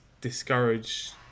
discourage